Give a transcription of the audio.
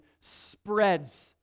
spreads